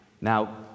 Now